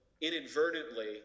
inadvertently